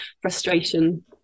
frustration